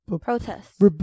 Protest